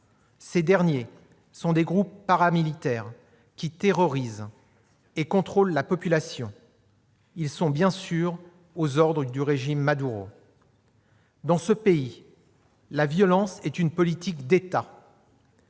ou par les, des groupes paramilitaires terrorisant et contrôlant la population et qui, bien sûr, sont aux ordres du régime Maduro. Dans ce pays, la violence est une politique d'État.